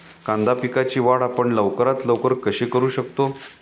कांदा पिकाची वाढ आपण लवकरात लवकर कशी करू शकतो?